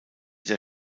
der